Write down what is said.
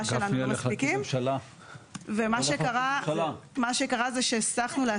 לנו את כל הממצאים ושהמשרד ידרוש את זה כמובן,